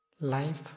Life